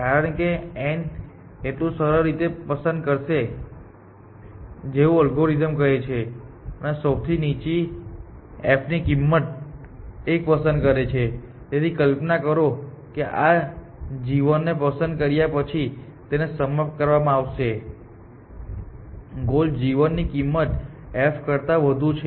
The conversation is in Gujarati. કારણ કે n ને એટલું સરળ રીતે પસંદ કરશે જેવું અલ્ગોરિધમ્સ કહે છે કે સૌથી નીચી f કિંમતમાંથી એક પસંદ કરો તેથી કલ્પના કરો કે આ ગોલ g 1 ને પસંદ કર્યા પછી તેને સમાપ્ત કરવામાં આવશે ગોલ g 1 ની કિંમત f કરતા વધુ છે